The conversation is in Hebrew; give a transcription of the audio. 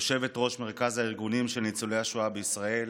יושבת-ראש מרכז הארגונים של ניצולי השואה בישראל,